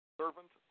servant